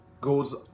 goes